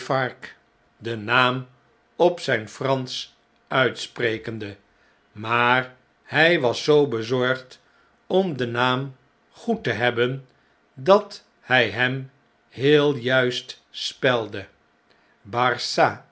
den naam op'zjjri fransch uitsprekende maar hjj was zoo bezorgd om den naam goed te hebben dat hjj hem heel juist spelde